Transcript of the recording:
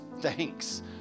thanks